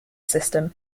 system